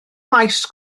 maes